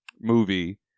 movie